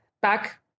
Back